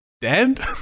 dead